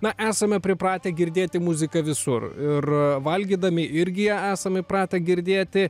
na esame pripratę girdėti muziką visur ir valgydami irgi esam įpratę girdėti